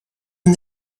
and